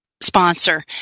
sponsor